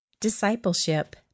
Discipleship